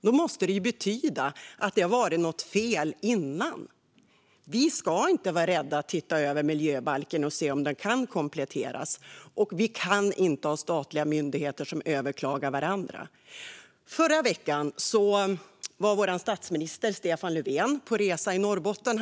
Det måste betyda att det varit något fel innan. Vi ska inte vara rädda att titta över miljöbalken och se om den kan kompletteras. Och vi kan inte ha statliga myndigheter som överklagar varandra. Förra veckan var vår statsminister Stefan Löfven på resa i Norrbotten.